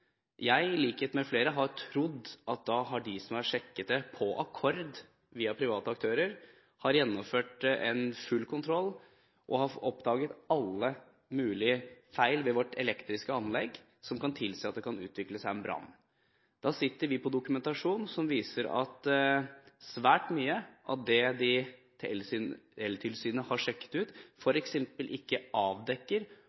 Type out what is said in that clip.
Jeg, i likhet med flere, har trodd at da hadde de som sjekket det – på akkord, via private aktører – gjennomført en full kontroll og oppdaget alle mulige feil ved det elektriske anlegget som kan tilsi at det kan utvikle seg en brann. Vi sitter på dokumentasjon som viser at svært mye av det eltilsynet har sjekket ut,